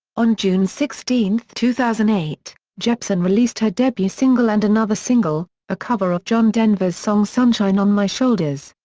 on june sixteen, two thousand and eight, jepsen released her debut single and another single, a cover of john denver's song sunshine on my shoulders.